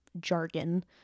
jargon